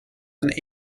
and